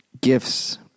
gifts